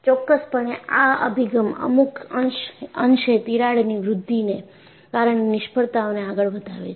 ચોક્કસપણે આ અભિગમ અમુક અંશે તિરાડની વૃદ્ધિને કારણે નિષ્ફળતાઓને આગળ વધાવે છે